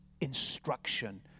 instruction